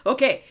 Okay